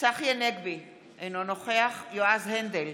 צחי הנגבי, אינו נוכח יועז הנדל,